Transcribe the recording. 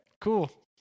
Cool